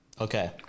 okay